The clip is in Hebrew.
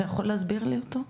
אתה יכול להסביר לי אותו?